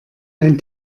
ein